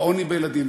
בעוני בילדים.